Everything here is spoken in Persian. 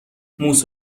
موسی